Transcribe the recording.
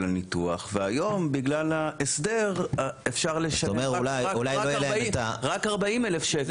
על ניתוח והיום בגלל ההסדר אפשר לשלם רק 40,000 שקל.